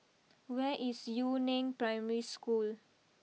where is Yu Neng Primary School